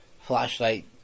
flashlight